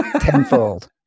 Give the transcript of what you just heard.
tenfold